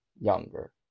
younger